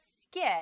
skit